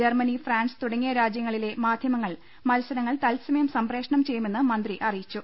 Germany France തുടങ്ങിയ രാജ്യങ്ങളിലെ മാധ്യമങ്ങൾ മത്സരങ്ങൾ തത്സമയം സംഗ്രേ പഷണം ചെയ്യുമെന്ന് മന്ത്രി അറിയിച്ചു